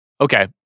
Okay